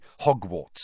Hogwarts